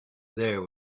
there